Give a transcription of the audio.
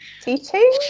Teaching